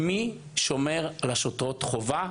מי שומר על שוטרות החובה?